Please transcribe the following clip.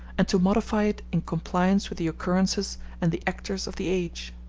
and to modify it in compliance with the occurrences and the actors of the age.